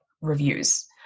reviews